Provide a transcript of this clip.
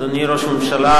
אדוני ראש הממשלה,